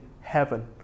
heaven